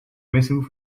messung